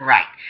Right